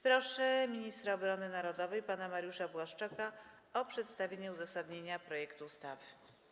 Proszę ministra obrony narodowej pana Mariusza Błaszczaka o przedstawienie uzasadnienia projektu ustawy.